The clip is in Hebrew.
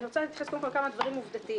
אני רוצה להתייחס פה לכמה דברים עובדתיים.